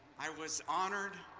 i was honored,